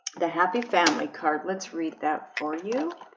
the happy family card, let's read that for you